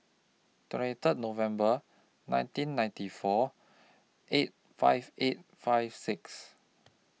twenty Third November nineteen ninety four eight five eight five six